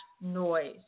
noise